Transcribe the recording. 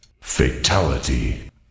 Fatality